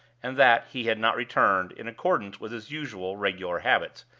and that he had not returned, in accordance with his usual regular habits,